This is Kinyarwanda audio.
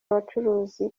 abacuruzi